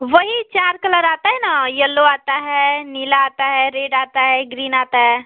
वही चार कलर आता है ना येलो आता है नीला आता है रेड आता है ग्रीन आता है